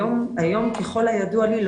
היום ככל הידוע לי,